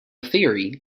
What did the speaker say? theory